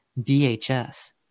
VHS